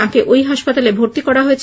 তাঁকে ওই হাসপাতালে ভর্তি করা হয়েছে